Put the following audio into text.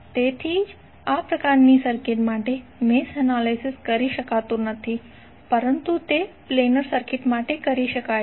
તેથી જ આ પ્રકારની સર્કિટ માટે મેશ એનાલિસિસ કરી શકાતું નથી પરંતુ તે પ્લેનર સર્કિટ માટે કરી શકાય છે